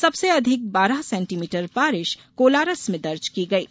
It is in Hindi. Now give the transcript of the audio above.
सबसे अधिक बारह सेन्टीमीटर बारिश कोलारस में दर्ज की गयी